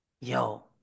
Yo